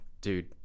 dude